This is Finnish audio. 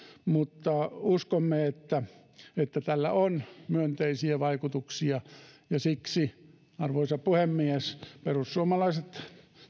mutta uskomme että tällä on myönteisiä vaikutuksia ja siksi arvoisa puhemies perussuomalaiset